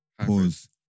Pause